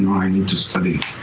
i need to study.